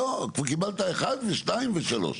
קיבלת אחד ושתיים ושלוש.